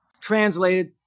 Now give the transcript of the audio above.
translated